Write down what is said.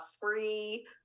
free